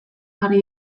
jarri